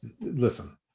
listen